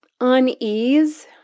unease